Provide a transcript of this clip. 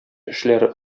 эшләре